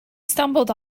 stumbled